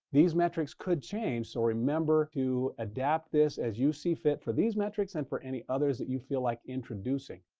these metrics could change. so remember to adapt this as you see fit for these metrics and for any others that you feel like introducing.